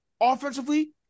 offensively